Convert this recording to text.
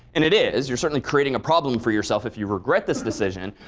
and it is. you're certainly creating a problem for yourself if you regret this decision.